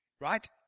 Right